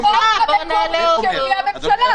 תנסה אותנו, על החוק המקורי שהביאה הממשלה.